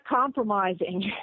compromising